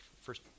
first